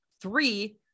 three